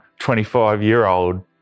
25-year-old